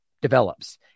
develops